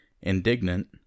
indignant